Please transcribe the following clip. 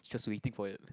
just waiting for your